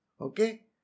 Okay